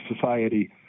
Society